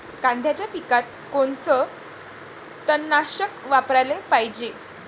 कांद्याच्या पिकात कोनचं तननाशक वापराले पायजे?